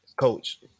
coach